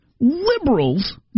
liberals